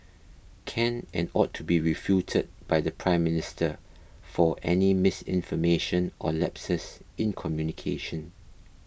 can and ought to be refuted by the Prime Minister for any misinformation or lapses in communication